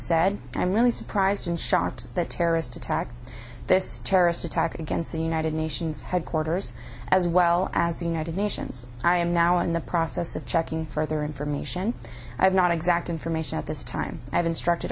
said i'm really surprised and shocked that terrorist attack this terrorist attack against the united nations headquarters as well as the united nations i am now in the process of checking further information i have not exact information at this time i have instructed